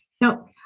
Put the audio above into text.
Now